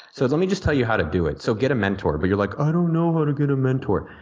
so, let me just tell you how to do it. so, get a mentor. but you're like i don't know how to get a mentor.